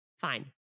fine